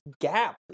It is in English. gap